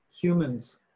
Humans